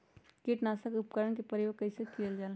किटनाशक उपकरन का प्रयोग कइसे कियल जाल?